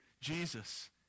Jesus